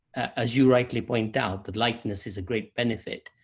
as you rightly point out, that lightness is a great benefit.